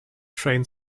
train